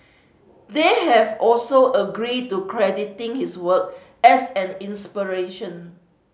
they have also agreed to crediting his work as an inspiration